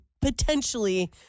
potentially